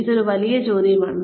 ഇതൊരു വലിയ ചോദ്യമാണ്